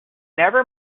never